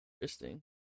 Interesting